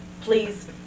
Please